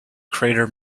crater